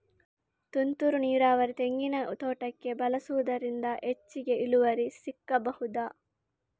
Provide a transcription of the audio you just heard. ತುಂತುರು ನೀರಾವರಿ ತೆಂಗಿನ ತೋಟಕ್ಕೆ ಬಳಸುವುದರಿಂದ ಹೆಚ್ಚಿಗೆ ಇಳುವರಿ ಸಿಕ್ಕಬಹುದ?